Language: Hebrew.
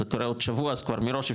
זה קורה עוד שבוע אז כבר מראש,